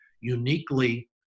uniquely